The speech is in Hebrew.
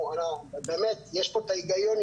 יש פה את ההיגיון,